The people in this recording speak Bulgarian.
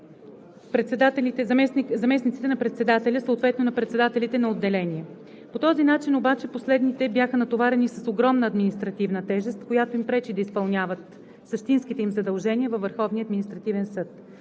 заместниците на председателя, съответно на председателите на отделенията. По този начин обаче последните бяха натоварени с огромна административна тежест, която им пречи да изпълняват същинските им задължения във Върховния административен съд.